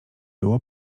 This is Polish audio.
było